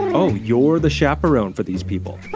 oh, you're the chaperone for these people.